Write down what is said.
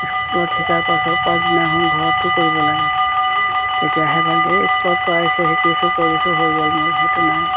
স্কুলত শিকাৰ পাছত পাছদিনাখন ঘৰতো কৰিব লাগে তেতিয়াহে ভাল এই স্কুলত কৰাইছে শিকিছোঁ কৰিছোঁ হৈ গ'ল মোৰ সেইটো নাই